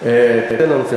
מאה אחוז.